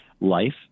life